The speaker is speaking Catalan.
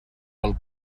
del